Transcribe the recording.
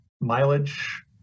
mileage